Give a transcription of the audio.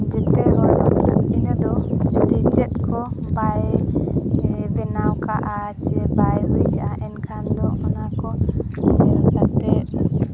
ᱡᱚᱛᱚ ᱦᱚᱲ ᱤᱱᱟᱹ ᱫᱚ ᱡᱩᱫᱤ ᱪᱮᱫ ᱠᱚ ᱵᱟᱭ ᱵᱮᱱᱟᱣ ᱠᱟᱜᱼᱟ ᱥᱮ ᱵᱟᱭ ᱦᱩᱭ ᱠᱟᱜᱼᱟ ᱮᱱᱠᱷᱟᱱ ᱫᱚ ᱚᱱᱟ ᱠᱚ ᱧᱮᱞ ᱠᱟᱛᱮᱫ